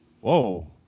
Whoa